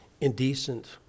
Indecent